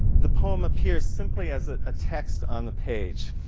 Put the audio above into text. the poem appears simply as a ah text on the page.